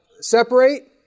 separate